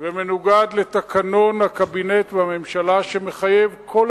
ומנוגד לתקנון הקבינט והממשלה שמחייב בכל